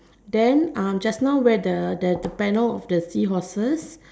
then just now where the panel of the seahorses